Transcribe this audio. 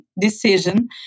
decision